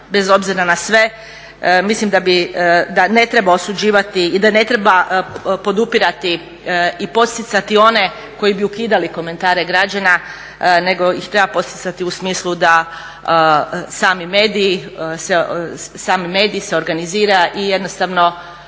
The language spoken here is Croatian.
Bez obzira na sve mislim da ne treba osuđivati i da ne treba podupirati i poticati one koji bi ukidali komentare građana nego ih treba poticati u smislu da sami mediji se organiziraju i jednostavno